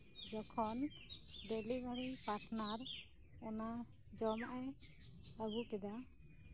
ᱡᱚᱠᱷᱚᱱ ᱰᱮᱞᱤᱵᱷᱟᱨᱤ ᱯᱟᱴᱱᱟᱨ ᱚᱱᱟ ᱡᱚᱢᱟᱜ ᱮ ᱟᱹᱜᱩ ᱠᱮᱫᱟ